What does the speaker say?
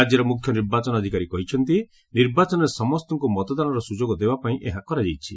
ରାଜ୍ୟର ମୁଖ୍ୟ ନିର୍ବାଚନ ଅଧିକାରୀ କହିଛନ୍ତି ନିର୍ବାଚନରେ ସମସ୍ତଙ୍କୁ ମତଦାନର ସୁଯୋଗ ଦେବା ପାଇଁ ଏହା କରାଯାଇଛି